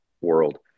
world